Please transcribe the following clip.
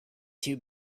too